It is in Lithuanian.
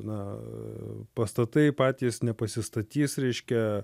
na pastatai patys nepasistatys reiškia